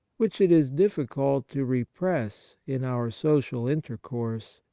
which it is difficult to repress in our social intercourse,